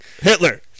Hitler